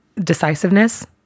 decisiveness